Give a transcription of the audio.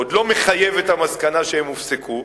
עוד לא מחייב את המסקנה שהן הופסקו.